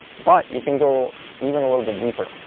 but you can go even a little bit deeper.